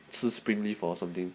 是 springleaf or something